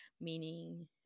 meaning